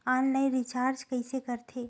Online recharge कइसे करथे?